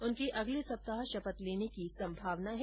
उनके अगले सप्ताह शपथ लेने की संमावना है